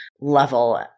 level